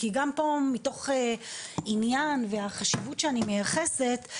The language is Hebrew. כי גם פה מתוך עניין והחשיבות שאני מייחסת,